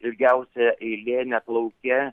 ilgiausia eilė net lauke